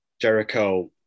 Jericho